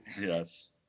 Yes